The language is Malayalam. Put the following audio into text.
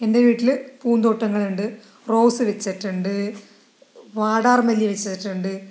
എന്റെ വീട്ടില് പൂന്തോട്ടങ്ങൾ ഉണ്ട് റോസ് വെച്ചിട്ടുണ്ട് വാടാർ മല്ലി വെച്ചിട്ടുണ്ട്